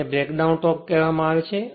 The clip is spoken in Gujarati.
અને તેને બ્રેકડાઉન ટોર્ક કહેવામાં આવે છે